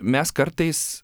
mes kartais